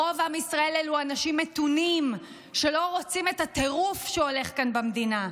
רוב עם ישראל אלו אנשים מתונים שלא רוצים את הטירוף שהולך כאן במדינה.